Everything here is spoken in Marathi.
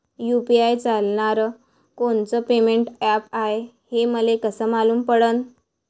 यू.पी.आय चालणारं कोनचं पेमेंट ॲप हाय, हे मले कस मालूम पडन?